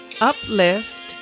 uplift